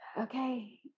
okay